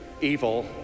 evil